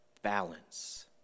balance